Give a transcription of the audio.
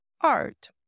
art